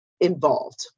involved